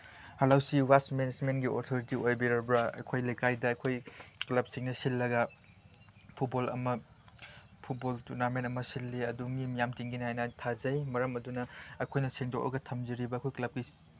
hello ꯁꯤ ꯋꯥꯁ ꯃꯦꯅꯦꯁꯃꯦꯟꯒꯤ ꯑꯣꯊꯣꯔꯤꯇꯤ ꯑꯣꯏꯕꯤꯔꯕ꯭ꯔꯥ ꯑꯩꯈꯣꯏ ꯂꯩꯀꯥꯏꯗ ꯑꯩꯈꯣꯏ ꯀ꯭ꯂꯕꯁꯤꯡꯅ ꯁꯤꯜꯂꯒ ꯐꯨꯠꯕꯣꯜ ꯑꯃ ꯐꯨꯠꯕꯣꯜ ꯇꯨꯔꯅꯥꯃꯦꯟ ꯑꯃ ꯁꯤꯜꯂꯤ ꯑꯗꯨ ꯃꯤ ꯃꯌꯥꯝ ꯇꯤꯟꯒꯅꯤ ꯍꯥꯏꯅ ꯑꯩꯅ ꯊꯥꯖꯩ ꯃꯔꯝ ꯑꯗꯨꯅ ꯑꯩꯈꯣꯏꯅ ꯁꯦꯡꯗꯣꯛꯑꯒ ꯊꯝꯖꯔꯤꯕ ꯑꯩꯈꯣꯏ ꯀ꯭ꯂꯕꯀꯤ